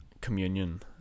communion